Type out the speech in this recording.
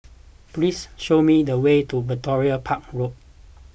please show me the way to Victoria Park Road